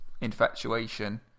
infatuation